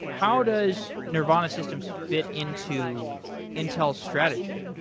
how does nervana systems fit into intel's strategy?